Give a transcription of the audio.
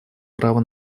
права